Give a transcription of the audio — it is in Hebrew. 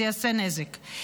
זה יעשה נזק.